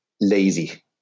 lazy